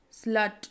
slut